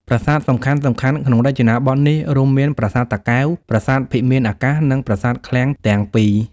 ប្រាសាទសំខាន់ៗក្នុងរចនាបថនេះរួមមាន ប្រាសាទតាកែវ ប្រាសាទភិមានអាកាស និងប្រាសាទឃ្លាំងទាំងពីរ។